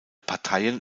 parteien